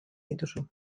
dituzu